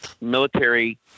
military